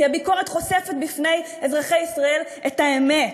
כי הביקורת חושפת בפני אזרחי ישראל את האמת.